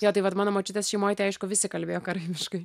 jo tai vat mano močiutės šeimoj tai aišku visi kalbėjo karaimiškai